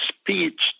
speech